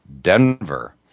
Denver